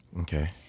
Okay